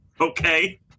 Okay